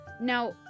Now